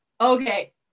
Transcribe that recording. okay